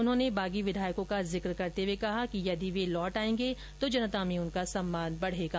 उन्होंने बागी विधायकों का जिक्र करते हुए कहा कि यदि वे लौट आयेंगे तो जनता में उनका सम्मान बढेगा